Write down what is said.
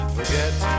Forget